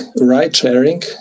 ride-sharing